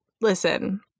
Listen